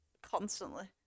constantly